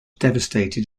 devastated